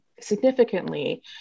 significantly